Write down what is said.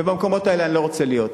ובמקומות האלה אני לא רוצה להיות.